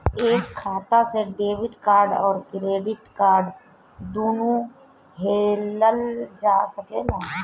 एक खाता से डेबिट कार्ड और क्रेडिट कार्ड दुनु लेहल जा सकेला?